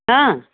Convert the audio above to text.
हां